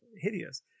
hideous